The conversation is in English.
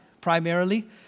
Primarily